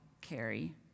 carry